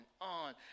on